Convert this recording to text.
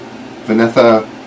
Vanessa